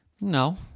no